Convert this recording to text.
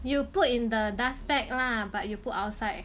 you put in the dust bag lah but you put outside